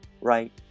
right